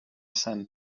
sand